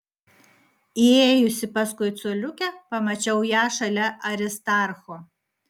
įėjusi paskui coliukę pamačiau ją šalia aristarcho